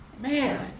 man